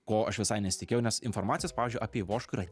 ko aš visai nesitikėjau nes informacijos pavyzdžiui apie ivoškų yra